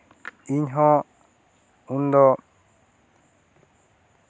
ᱤᱧ ᱦᱚᱸ ᱩᱱ ᱫᱚ